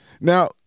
Now